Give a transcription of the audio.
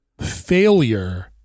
failure